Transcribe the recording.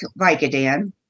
Vicodin